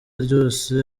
rwose